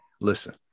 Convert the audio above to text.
Listen